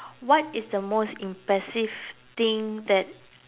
what is the most impressive thing that